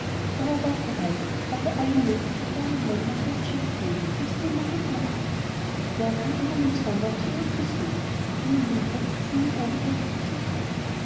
der war weit gereist hatte alle möglichen fernen länder und menschen gesehen und wußte immer guten rat der kam einmal im sommer zu ihr auf besuch denn im winter ist es ihm im odenwald viel zu kalt